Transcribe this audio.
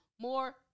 more